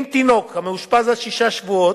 אם תינוק מאושפז עד שישה שבועות,